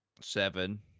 seven